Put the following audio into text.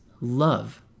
love